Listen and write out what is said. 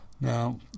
Now